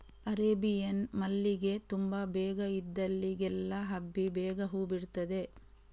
Arabian ಮಲ್ಲಿಗೆ ತುಂಬಾ ಬೇಗ ಇದ್ದಲ್ಲಿಗೆಲ್ಲ ಹಬ್ಬಿ ಬೇಗ ಹೂ ಬಿಡ್ತದೆ